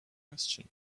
question